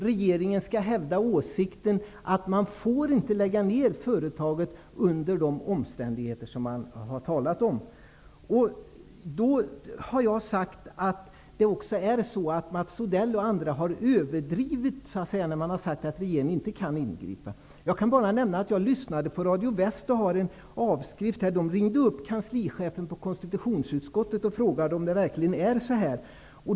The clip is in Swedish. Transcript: Regeringen skall hävda åsikten att företaget inte får läggas ner under de omständigheter som man talat om. Jag har sagt att bl.a. Mats Odell har överdrivit när det sagts att regeringen inte kan ingripa. Jag har lyssnat på Radio Väst och har en avskrift här. Man ringde upp konstitutionsutskottets kanslichef och frågade om det verkligen är så här.